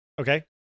Okay